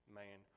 man